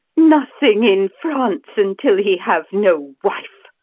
nothing in france until he have no wife!